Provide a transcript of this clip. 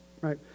right